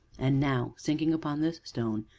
and now, sinking upon this stone,